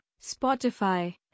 Spotify